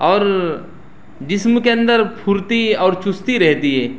اور جسم کے اندر پھرتی اور چستی رہتی ہے